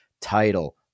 title